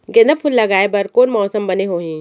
गेंदा फूल लगाए बर कोन मौसम बने होही?